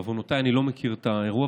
בעוונותיי אני לא מכיר את האירוע,